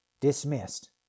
Dismissed